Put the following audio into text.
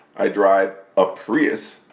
i drive a prius,